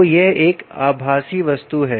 तो यह एक आभासी वस्तु है